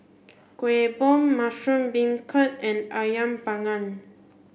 Kueh Bom mushroom beancurd and Ayam panggang